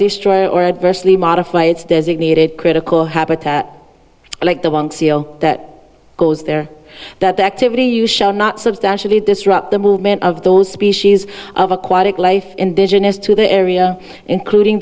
destroy or adversely modify its designated critical habitat like the one that goes there that activity you shall not substantially disrupt the movement of those species of aquatic life indigenous to the area including